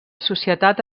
societat